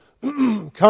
come